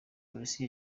polisi